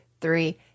three